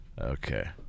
Okay